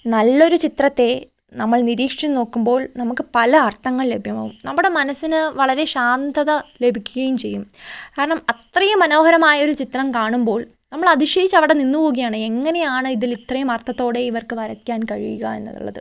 നല്ലൊരു ചിത്രത്തെ നമ്മൾ നിരീക്ഷിച്ചു നോക്കുമ്പോൾ നമുക്ക് പല അർഥങ്ങൾ ലഭ്യമാകും നമ്മുടെ മനസ്സിന് വളരെ ശാന്തത ലഭിക്കുകയും ചെയ്യും കാരണം അത്രയും മനോഹരമായ ഒരു ചിത്രം കാണുമ്പോൾ നമ്മൾ അതിശയിച്ച് അവിടെ നിന്ന് പോകുകയാണ് എങ്ങനെയാണ് ഇതിൽ ഇത്രയും അർഥതോടെ ഇവർക്ക് വരയ്ക്കാൻ കഴിയുക എന്നുള്ളത്